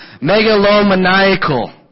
megalomaniacal